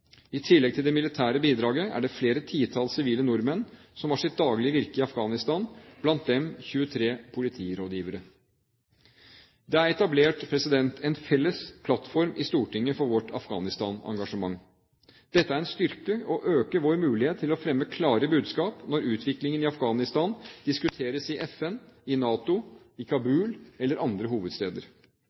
I tillegg til det militære bidraget er det flere titalls sivile nordmenn som har sitt daglige virke i Afghanistan, blant dem 23 politirådgivere. Det er etablert en felles plattform i Stortinget for vårt Afghanistan-engasjement. Dette er en styrke og øker vår mulighet til å fremme klare budskap når utviklingen i Afghanistan diskuteres i FN, i NATO, i Kabul eller i andre hovedsteder.